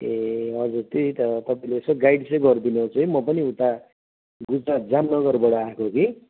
ए हजुर त्यही त तपाईँले यसो गाइड चाहिँ गरिदिनु होस् है म पनि उता उता जामनगरबाट आएको कि